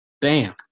Bam